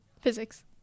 physics